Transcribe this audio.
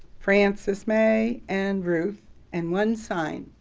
frances-may, and ruth and one sign,